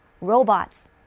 robots